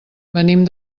venim